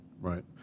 Right